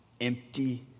empty